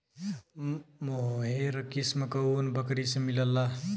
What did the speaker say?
मोहेर किस्म क ऊन बकरी से मिलला